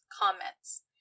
comments